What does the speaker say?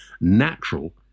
natural